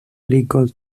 legal